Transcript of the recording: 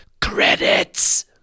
Credits